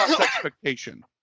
expectation